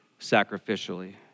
sacrificially